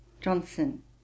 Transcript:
Johnson